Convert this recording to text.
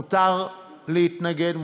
מותר להתנגד,